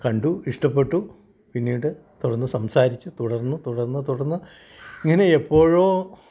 കണ്ടു ഇഷ്ടപെട്ടു പിന്നീട് തുറന്ന് സംസാരിച്ചു തുടർന്നു തുടർന്ന് തുടർന്ന് ഇങ്ങന്നെ എപ്പോഴോ